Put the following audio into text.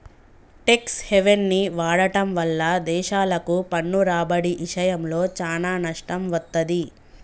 tax హెవెన్ని వాడటం వల్ల దేశాలకు పన్ను రాబడి ఇషయంలో చానా నష్టం వత్తది